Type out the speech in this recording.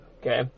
okay